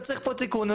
אתה צריך פה תיקון.